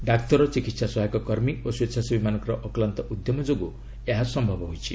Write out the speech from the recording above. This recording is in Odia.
ଡାକ୍ତର ଚିକିହା ସହାୟକ କର୍ମୀ ଓ ସ୍ପେଚ୍ଛାସେବୀମାନଙ୍କ ଅକ୍ଲାନ୍ତ ଉଦ୍ୟମ ଯୋଗୁଁ ଏହା ସ୍ୟବ ହୋଇଛି